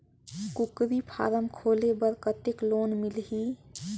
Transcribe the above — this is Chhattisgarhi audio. कूकरी फारम खोले बर कतेक लोन मिलही?